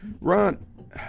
Ron